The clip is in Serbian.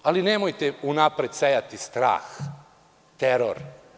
Ali, nemojte unapred sejati strah i teror.